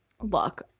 look